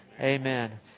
amen